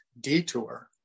detour